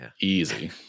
easy